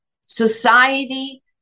Society